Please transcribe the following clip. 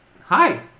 Hi